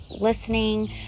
listening